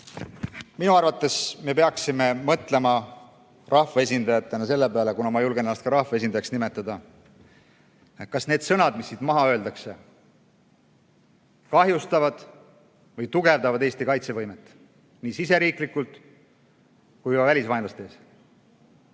Minu arvates me peaksime rahvaesindajatena mõtlema selle peale – ma julgen ennast ka rahvaesindajaks nimetada –, kas need sõnad, mis siit maha öeldakse, kahjustavad või tugevdavad Eesti kaitsevõimet, nii riigis sees kui ka välisvaenlaste